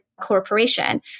corporation